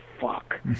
fuck